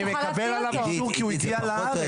אני מקבל עליו אישור כי הוא הגיע לארץ.